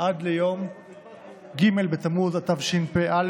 עד ליום ג' בתמוז התשפ"א,